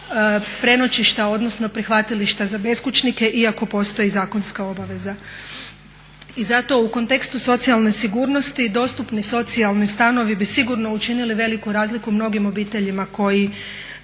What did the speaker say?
prenoćišta odnosno prihvatilišta za beskućnike iako postoji zakonska obveza. I zato u kontekstu socijalne sigurnosti dostupni socijalni stanovi bi sigurno učinili veliku razliku mnogim obiteljima koji